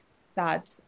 SAD